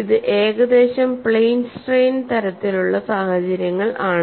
ഇത് ഏകദേശം plane strain തരത്തിലുള്ള സാഹചര്യങ്ങൾ ആണ്